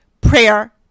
prayer